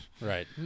Right